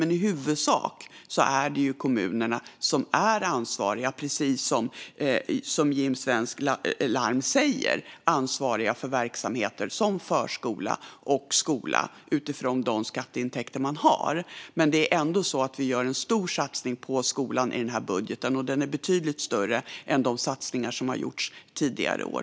Men i huvudsak är det, precis som Jim Svensk Larm säger, kommunerna som är ansvariga för verksamheter som förskola och skola utifrån de skatteintäkter man har. Det är dock ändå så att vi gör en stor satsning på skolan i budgeten, och den är betydligt större än de satsningar som har gjorts tidigare år.